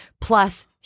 plus